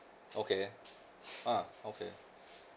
okay ah okay